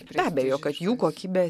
be abejo kad jų kokybė